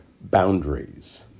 boundaries